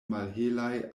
malhelaj